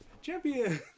Champion